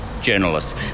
Journalists